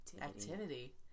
Activity